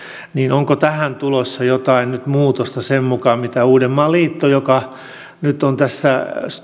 onko tähän tulossa jotain nyt muutosta sen mukaan mitä uudenmaan liitto on todennut joka nyt tässä